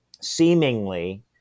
seemingly